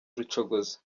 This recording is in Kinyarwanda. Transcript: rucogoza